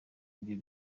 ibyo